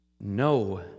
No